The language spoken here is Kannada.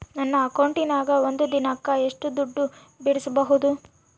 ನನ್ನ ಅಕೌಂಟಿನ್ಯಾಗ ಒಂದು ದಿನಕ್ಕ ಎಷ್ಟು ದುಡ್ಡು ಬಿಡಿಸಬಹುದು?